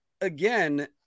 again